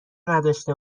نداشته